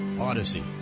Odyssey